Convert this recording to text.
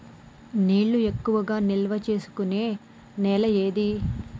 నీళ్లు ఎక్కువగా నిల్వ చేసుకునే నేల ఏది?